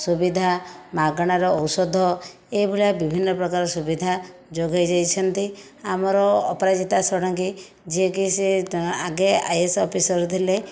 ସୁବିଧା ମାଗଣାର ଔଷଧ ଏହି ଭଳିଆ ବିଭିନ୍ନ ପ୍ରକାର ସୁବିଧା ଯୋଗାଇ ଦେଇଛନ୍ତି ଆମର ଅପରାଜିତା ଷଡ଼ଙ୍ଗୀ ଯିଏକି ସେ ଆଗେ ଆଇଏଏସ ଅଫିସର ଥିଲେ